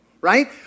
right